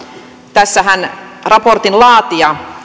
tässähän raportin laatija